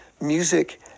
music